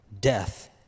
Death